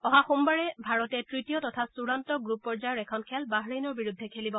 অহা সোমবাৰে ভাৰতে তৃতীয় তথা চূডান্ত গ্ৰুপ পৰ্যায়ৰ এখন খেল বাহৰেইনৰ বিৰুদ্ধে খেলিব